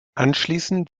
anschließend